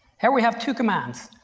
here we have to commands.